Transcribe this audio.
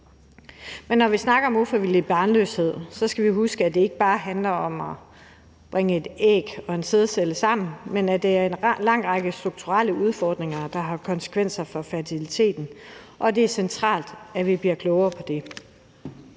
Men når vi snakker om ufrivillig barnløshed, skal vi huske, at det ikke bare handler om at bringe et æg og en sædcelle sammen, men at der er en lang række strukturelle udfordringer, der har konsekvenser for fertiliteten, og det er centralt, at vi bliver klogere på det.